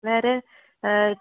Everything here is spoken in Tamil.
வேறு